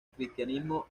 cristianismo